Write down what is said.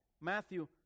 Matthew